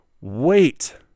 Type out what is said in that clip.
Wait